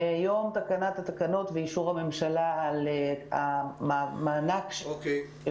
מיום תקנת התקנות ואישור הממשלה על המענק של